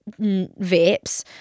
vapes